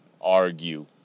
Argue